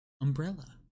Umbrella